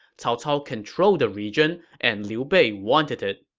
cao cao controlled the region, and liu bei wanted it.